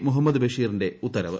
മുഹമ്മദ് ബഷീറിന്റെ ഉത്തരവ്